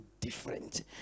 different